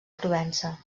provença